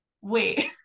wait